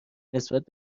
نسبت